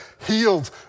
healed